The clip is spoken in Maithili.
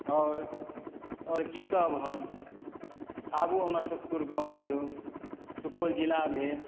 आओर की कहब हम आबू हमर सुखपुर गाँव कहिओ सुपौल जिला भेल